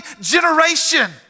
generation